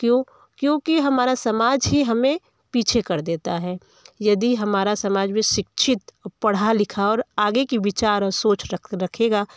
क्यों क्योंकि हमारा समाज ही हमें पीछे कर देता है यदि हमारा समाज भी शिक्षित पढ़ा लिखा और आगे की विचार और सोच रख रखेगा